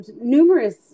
numerous